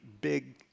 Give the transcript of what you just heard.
big